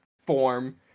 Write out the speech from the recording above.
form